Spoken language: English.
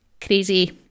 crazy